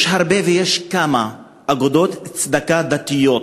יש הרבה, ויש כמה אגודות צדקה דתיות